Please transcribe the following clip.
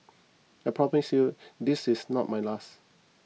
I promise you this is not my last